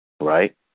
right